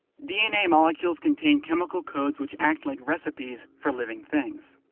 dna molecules contain chemical codes which act like recipes for living things.